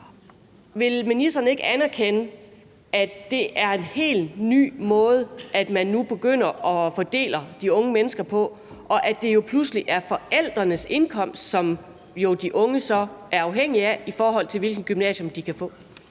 Vil ministeren ikke anerkende, at det er en helt ny måde, man nu begynder at fordele de unge mennesker på, og at det pludselig er forældrenes indkomst, som de unge så er afhængige af, i forhold til hvilket gymnasium de kan få?